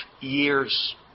years